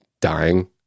dying